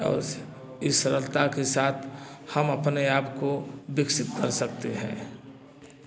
इस सरलता के साथ हम अपने आप को विकसित कर सकते हैं